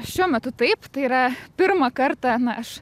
šiuo metu taip tai yra pirmą kartą na aš